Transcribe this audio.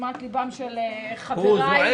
תשומת ליבם של חבריי והנוכחים.